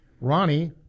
Ronnie